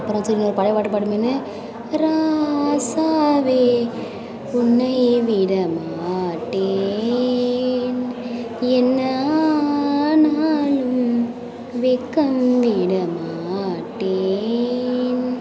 அப்புறம் சரி இன்னோரு பழைய பாட்டு பாடுனுமேனு